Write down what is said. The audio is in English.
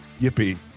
Yippee